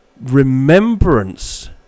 remembrance